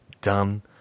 done